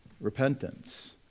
repentance